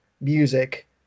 music